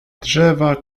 drzewa